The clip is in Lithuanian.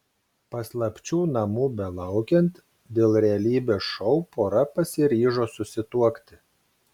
paslapčių namų belaukiant dėl realybės šou pora pasiryžo susituokti